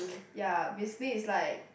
ya basically it's like